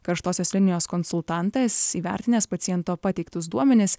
karštosios linijos konsultantas įvertinęs paciento pateiktus duomenis